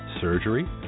surgery